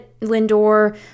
Lindor